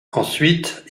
ensuite